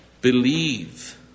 Believe